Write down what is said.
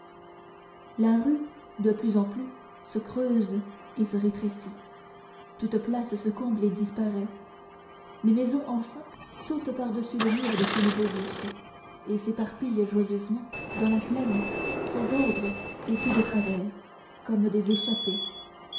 la rue de plus en plus se creuse et se rétrécit toute place se comble et disparaît les maisons enfin sautent par-dessus le mur de philippe auguste et s'éparpillent joyeusement dans la plaine sans ordre et tout de travers comme des échappées